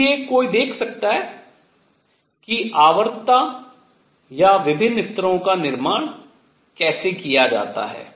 इसलिए कोई देख सकता है किआवर्तता या विभिन्न स्तरों का निर्माण कैसे किया जाता है